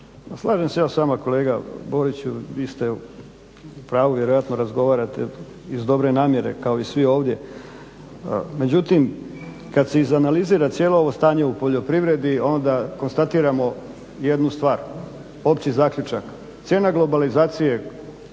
slažem se ja s vama kolega Boriću, vi ste u pravu vjerojatno razgovarate iz dobre namjere kao i svi ovdje. Međutim kada se izanalizira cijelo ovo stanje u poljoprivredi onda konstatiramo jednu stvar opći zaključak, cijena globalizacije